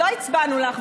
לא הצבענו לך,